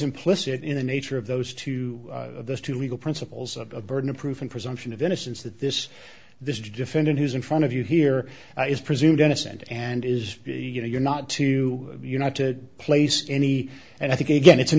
implicit in the nature of those two those two legal principles of burden of proof and presumption of innocence that this this defendant who's in front of you here is presumed innocent and is you know you're not to you not to place any and i think again it's a